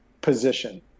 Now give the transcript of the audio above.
position